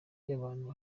yabantu